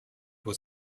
was